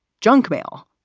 junk mail.